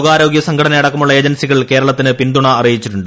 ലോകാരോഗ്യ സംഘടന അടക്കമുള്ള ഏജൻസികൾ കേരളത്തിന് പിന്തുണ അറിയിച്ചിട്ടുണ്ട്